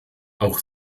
auch